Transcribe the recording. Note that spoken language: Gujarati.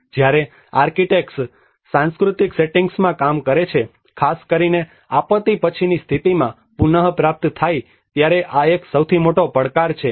જ્યારે આર્કિટેક્ટ્સ સાંસ્કૃતિક સેટિંગ્સમાં કામ કરે છે ખાસ કરીને આપત્તિ પછીની સ્થિતિમાં પુનપ્રાપ્ત થાય ત્યારે આ એક સૌથી મોટો પડકાર છે